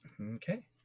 Okay